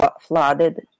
flooded